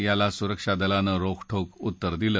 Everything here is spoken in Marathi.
याला सुरक्षा दलानं रोखठोक उत्तर दिलं